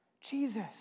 Jesus